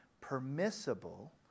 permissible